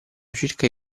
circa